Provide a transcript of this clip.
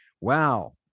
Wow